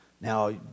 Now